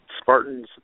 Spartans